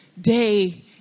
day